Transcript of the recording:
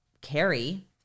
carry